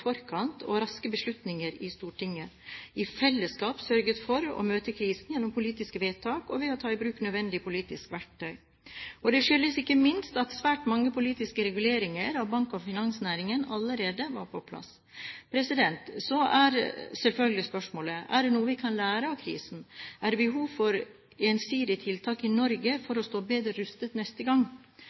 forkant og raske beslutninger i Stortinget i fellesskap sørget for å møte krisen gjennom politiske vedtak og ved å ta i bruk nødvendig politisk verktøy. Og det skyldes ikke minst at svært mange politiske reguleringer av bank- og finansnæringen allerede var på plass. Så er selvfølgelig spørsmålet: Er det noe vi kan lære av krisen? Er det behov for ensidige tiltak i Norge for å stå bedre rustet neste gang?